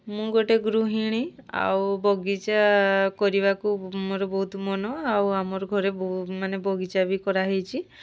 ମୁଁ ଗୋଟେ ଗୃହିଣୀ ଆଉ ବଗିଚା କରିବାକୁ ମୋର ବହୁତ ମନ ଆଉ ଆମର ଘରେ ବହୁ ମାନେ ବଗିଚା ବି କରାହୋଇଛି